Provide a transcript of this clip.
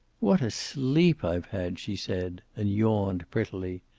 what a sleep i've had, she said, and yawned prettily.